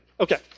Okay